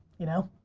you know,